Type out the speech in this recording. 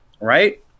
Right